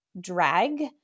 drag